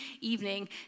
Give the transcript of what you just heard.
evening